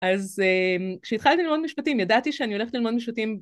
אז כשהתחלתי ללמוד משפטים ידעתי שאני הולכת ללמוד משפטים